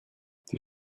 die